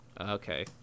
Okay